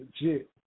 legit